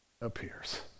appears